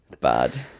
Bad